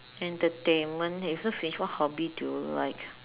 entertainment what hobby do you like